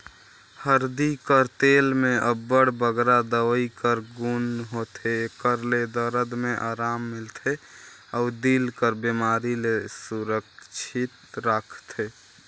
हरदी कर तेल में अब्बड़ बगरा दवई कर गुन होथे, एकर ले दरद में अराम मिलथे अउ दिल कर बेमारी ले सुरक्छित राखथे